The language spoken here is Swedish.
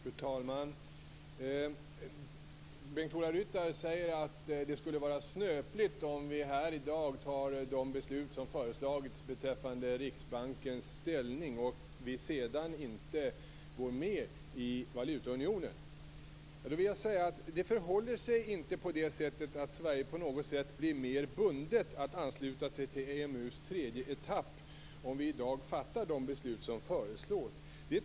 Fru talman! Bengt-Ola Ryttar säger att det skulle vara snöpligt om vi här i dag fattar de beslut som har föreslagits beträffande Riksbankens ställning, om vi sedan inte går med i valutaunionen. Då vill jag säga att det inte förhåller sig på det sättet att Sverige på något vis blir mer bundet att ansluta sig till EMU:s tredje etapp, om vi i dag fattar de beslut som föreslås.